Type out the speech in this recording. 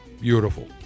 beautiful